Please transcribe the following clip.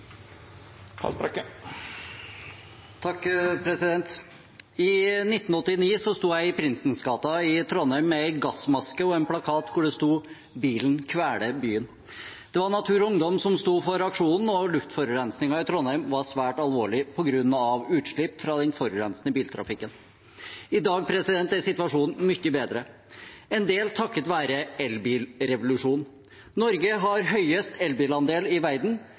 I 1989 sto jeg i Prinsens gate i Trondheim med gassmaske og en plakat der det sto «Bilen kveler byen». Natur og Ungdom sto for aksjonen. Luftforurensningen i Trondheim var svært alvorlig på grunn av utslipp fra den forurensende biltrafikken. I dag er situasjonen mye bedre. En del er takket være elbilrevolusjonen. Norge har høyest elbilandel i verden.